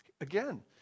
Again